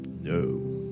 No